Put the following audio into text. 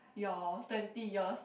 your twenty years